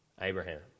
Abraham